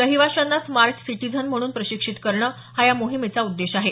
रहिवाशांना smart citizen म्हणून प्रशिक्षित करणं हा या मोहिमेचा उद्देश आहे